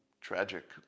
tragic